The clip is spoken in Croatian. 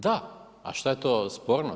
Da, a šta je to sporno?